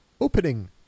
Opening